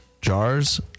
jars